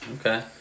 okay